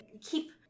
keep